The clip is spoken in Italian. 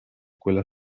quella